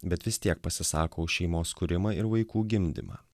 bet vis tiek pasisako už šeimos kūrimą ir vaikų gimdymą